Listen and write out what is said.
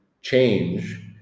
change